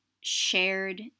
shared